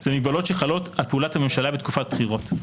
- המגבלות החלות על פעולת הממשלה בתקופת בחירות.